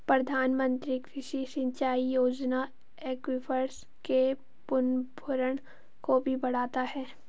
प्रधानमंत्री कृषि सिंचाई योजना एक्वीफर्स के पुनर्भरण को भी बढ़ाता है